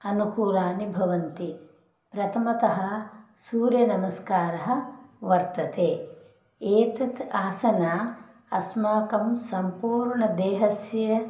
अनुकूलानि भवन्ति प्रथमतः सूर्यनमस्कारः वर्तते एतत् आसनम् अस्माकं सम्पूर्णदेहस्य